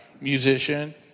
musician